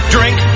Drink